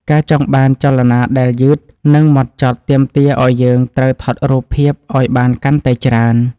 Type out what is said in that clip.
ការចង់បានចលនាដែលយឺត និង ហ្មត់ចត់ទាមទារឱ្យយើងត្រូវថតរូបភាពឱ្យបានកាន់តែច្រើន។